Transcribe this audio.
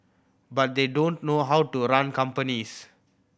but they don't know how to run companies